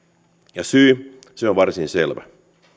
ja syy on varsin selvä